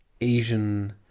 Asian